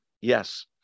Yes